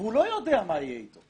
והוא לא יודע מה יהיה אתו.